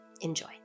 enjoy